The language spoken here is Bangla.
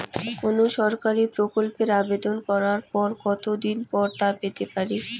কোনো সরকারি প্রকল্পের আবেদন করার কত দিন পর তা পেতে পারি?